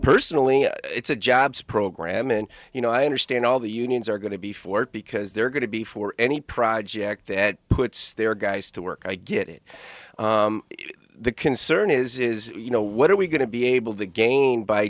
personally it's a jobs program and you know i understand all the unions are going to be for it because they're going to be for any project that puts their guys to work i get it the concern is is you know what are we going to be able to gain by